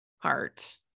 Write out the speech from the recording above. heart